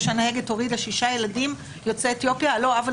שהנהגת הורידה שישה ילדים יוצאי אתיופיה על לא עוול